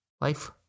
life